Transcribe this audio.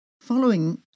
Following